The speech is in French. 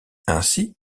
ainsi